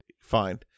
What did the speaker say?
Fine